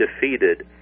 defeated